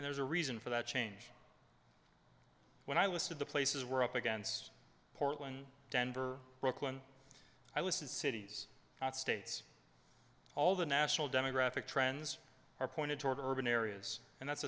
and there's a reason for that change when i listed the places we're up against portland denver brooklyn i listen cities not states all the national demographic trends are pointed toward urban areas and that's